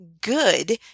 good